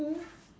hmm